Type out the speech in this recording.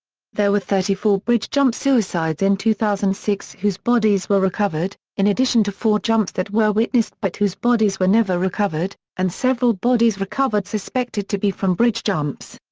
there were thirty four bridge-jump suicides in two thousand and six whose bodies were recovered, in addition to four jumps that were witnessed but whose bodies were never recovered, and several bodies recovered suspected to be from bridge jumps.